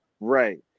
right